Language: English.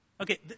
Okay